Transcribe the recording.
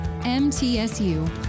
MTSU